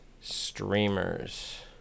streamers